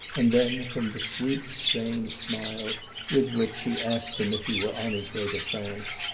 and then, from the sweet, strained smile with which she asked him if he were on his way to france,